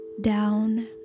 down